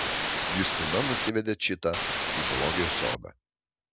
justina nusivedė čitą į zoologijos sodą